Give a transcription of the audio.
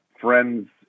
friends